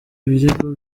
ibirego